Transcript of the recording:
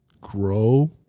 grow